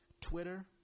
Twitter